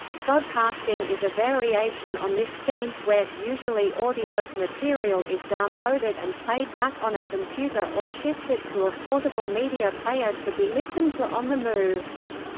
podcasting is a variation on this theme, where usually audio material is downloaded and played back on a computer or shifted to a portable media player to be listened to on the move.